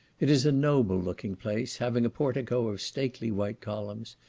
it is a noble looking place, having a portico of stately white columns,